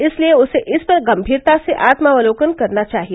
इसलिए उसे इस पर गंभीरता से आत्मावलोकन करना चाहिए